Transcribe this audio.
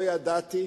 לא ידעתי,